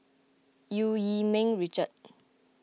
Eu Yee Ming Richard